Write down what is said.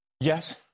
Yes